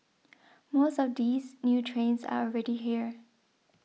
most of these new trains are already here